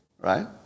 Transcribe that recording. right